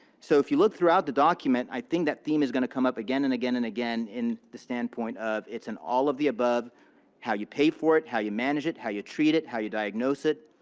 so if you look throughout the document, i think that theme is going to come up again and again and again in the standpoint of it's an all of the above how you pay for it, how you manage it, how you treat it, how you diagnose it,